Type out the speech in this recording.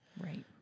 Right